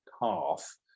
half